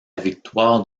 victoire